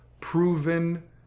proven